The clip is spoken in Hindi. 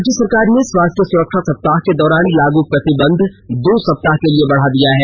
राज्य सरकार ने स्वास्थ्य सुरक्षा सप्ताह के दौरान लागू प्रतिबंध दो सप्ताह के लिए बढ़ा दिया है